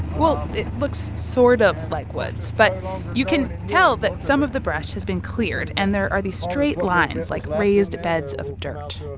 well, it looks sort of like woods. but you can tell that some of the brush has been cleared. and there are these straight lines like raised beds of dirt.